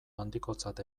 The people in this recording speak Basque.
handikotzat